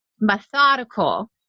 methodical